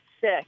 sick